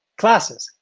classes,